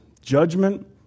judgment